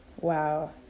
Wow